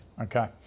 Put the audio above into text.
Okay